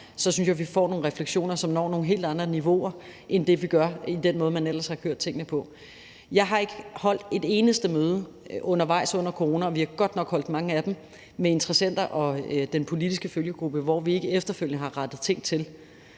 så synes jeg, at vi får nogle refleksioner, som når nogle helt andre niveauer end det, vi gør på den måde, man ellers har kørt tingene på. Jeg har ikke holdt et eneste møde under corona – og vi har godt nok holdt mange af dem, både med interessenter og den politiske følgegruppe – hvor vi ikke efterfølgende har rettet ting til.